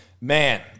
man